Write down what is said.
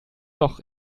doch